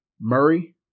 Murray